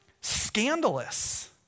scandalous